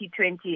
2020